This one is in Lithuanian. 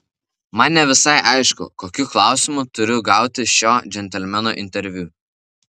man ne visai aišku kokiu klausimu turiu gauti šio džentelmeno interviu